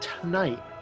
tonight